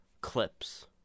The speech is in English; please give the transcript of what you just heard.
clips